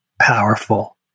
powerful